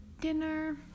dinner